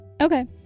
Okay